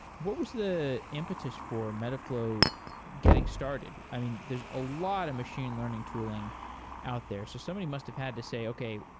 what was the impetus for metaflow getting started? i mean, there's a lot of machine learning tooling out there. so somebody must have had to say, okay,